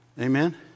Amen